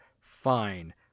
Fine